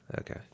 Okay